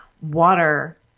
water